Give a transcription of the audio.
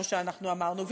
כמו שאנחנו אמרנו,